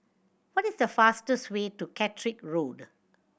what is the fastest way to Catterick Road